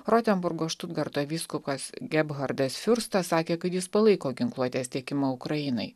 rotenburgo štutgarto vyskupas gebhardas fiurstas sakė kad jis palaiko ginkluotės tiekimą ukrainai